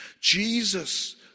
Jesus